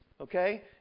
okay